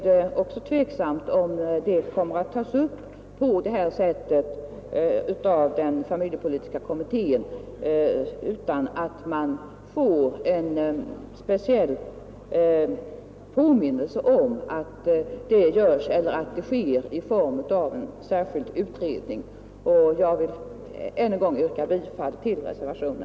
Det är tveksamt om detta förslag kommer att tas upp av familjepolitiska kommittén utan att man får en speciell påminnelse om att det skall ske i form av en särskild utredning. Jag vill ännu en gång yrka bifall till reservationen.